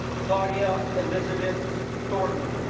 claudia elizabeth thornton